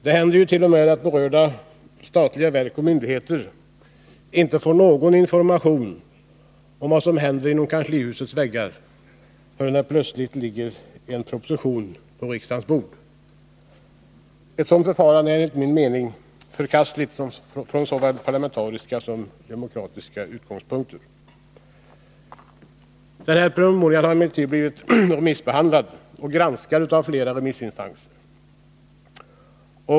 Det händer t.o.m. att berörda statliga verk och myndigheter inte får någon information om vad som händer inom kanslihusets väggar förrän det plötsligt ligger en proposition på riksdagens bord. Ett sådant förfarande är, enligt min mening, förkastligt från såväl parlamentariska som demokratiska utgångspunkter. Den aktuella promemorian har emellertid blivit föremål för remissbehandling och har granskats av flera remissinstanser.